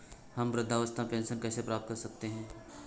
हम वृद्धावस्था पेंशन कैसे प्राप्त कर सकते हैं?